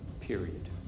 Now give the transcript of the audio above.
Period